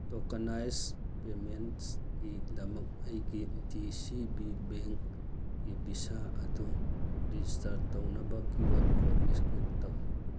tokenize ꯄꯦꯃꯦꯟꯁꯒꯤꯗꯃꯛ ꯑꯩꯒꯤ D C B ꯕꯦꯡꯒꯤ ꯚꯤꯁꯥ ꯑꯗꯣ ꯔꯦꯖꯤꯁꯇꯔ ꯇꯧꯅꯕ ꯀ꯭ꯌꯨ ꯑꯥꯔ ꯀꯣꯠ ꯏꯁꯀꯦꯟ ꯇꯧ